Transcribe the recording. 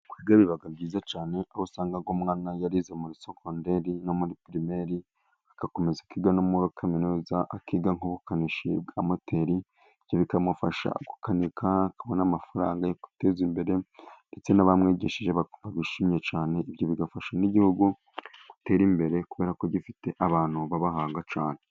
Kwiga bibaga byiza cyane, aho usanga umwana yarize muri sogonderi no muri pirimeri, agakomeza kwiga no muri kaminuza, akiga nk'ubukanishi bwa moteri, ibyo bikamufasha gukanika, akabona amafaranga yo kwiteza imbere, ndetse n'abamwigishije bakumva bishimye cyane, ibyo bigafasha n'igihugu gutera imbere, kubera ko gifite abantu babahanga cyane.